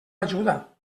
ajuda